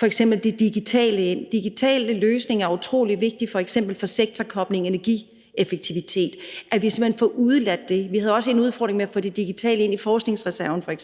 f.eks. det digitale ind. Digitale løsninger er utrolig vigtige for f.eks. sektorkobling og energieffektivitet – altså hvis det bliver udeladt. Vi havde også en udfordring med at få det digitale ind i f.eks. forskningsreserven. Vi